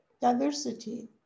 diversity